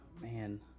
man